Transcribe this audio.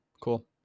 cool